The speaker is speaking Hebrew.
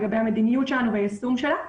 לגבי המדיניות שלנו והיישום שלה.